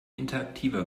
interaktiver